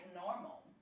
normal